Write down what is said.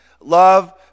love